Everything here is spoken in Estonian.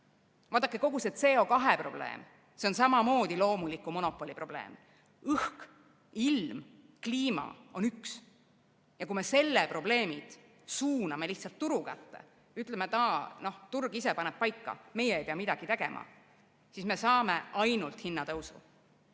kogu see CO2probleem on samamoodi loomuliku monopoli probleem. Õhk, ilm, kliima on üks. Ja kui me selle probleemi suuname lihtsalt turu kätte, ütleme, turg ise paneb paika, meie ei pea midagi tegema, siis me saame ainult hinnatõusu.